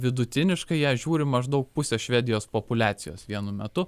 vidutiniškai ją žiūri maždaug pusė švedijos populiacijos vienu metu